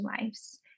lives